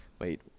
wait